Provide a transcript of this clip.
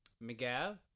Miguel